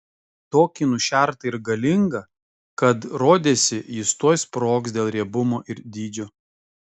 tokį nušertą ir galingą kad rodėsi jis tuoj sprogs dėl riebumo ir dydžio